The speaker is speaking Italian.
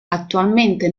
attualmente